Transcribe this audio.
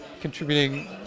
contributing